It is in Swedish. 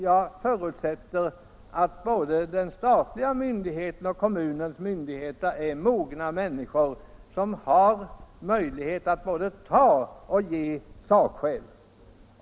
Jag förutsätter att de som sitter i statliga och i kommunala myndigheter är mogna människor som kan både ta och ge sakskäl.